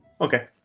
Okay